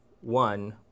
one